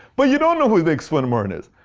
but you don't know who nick swinmurn is.